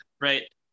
right